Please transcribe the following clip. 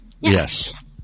Yes